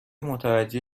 متوجه